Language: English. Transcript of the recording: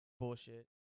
bullshit